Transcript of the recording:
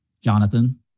Jonathan